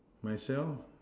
myself